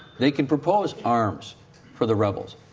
they can propose arms for the rebels.